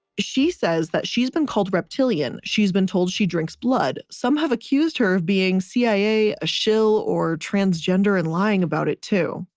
she says that she's been called reptilian. she has been told she drinks blood, some have accused her of being cia, a shill or transgender and lying about it too,